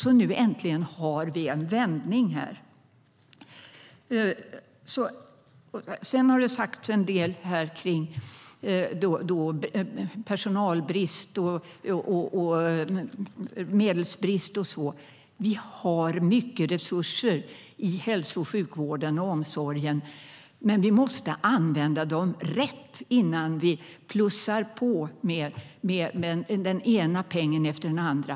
Nu äntligen har vi en vändning här. Sedan har det sagts en del om personalbrist, medelsbrist och så vidare. Vi har mycket resurser i hälso och sjukvården och i omsorgen, men vi måste använda dem rätt innan vi plussar på med den ena pengen efter den andra.